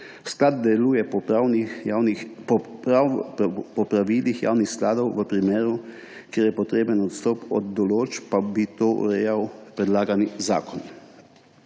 Sklad deluje po pravilih javnih skladov, v primeru, kjer je potreben odstop od določb, pa bi to urejal predlagani zakon.